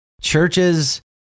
Churches